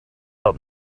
out